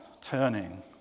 turning